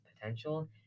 potential